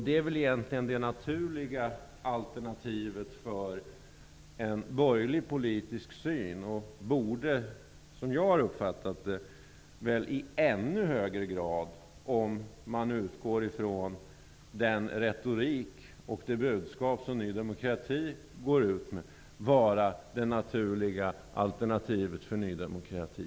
Det är egentligen det naturliga alternativet för en borgerlig politisk syn. Som jag har uppfattat det borde det i ännu högre grad, om man utgår från Ny demokratis retorik och budskap, vara det naturliga alternativet för Ny demokrati.